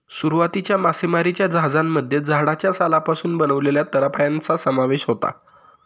सुरुवातीच्या मासेमारीच्या जहाजांमध्ये झाडाच्या सालापासून बनवलेल्या तराफ्यांचा समावेश होता